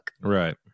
Right